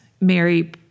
Mary